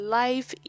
life